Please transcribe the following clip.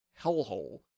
hellhole